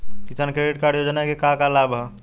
किसान credit card योजना के का का लाभ ह?